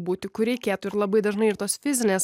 būti kur reikėtų ir labai dažnai ir tos fizinės